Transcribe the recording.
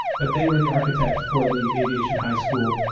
but they were the architect for the aviation high school.